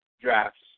drafts